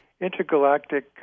Intergalactic